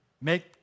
make